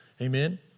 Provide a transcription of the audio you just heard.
Amen